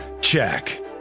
check